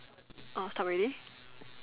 orh stop already